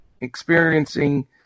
experiencing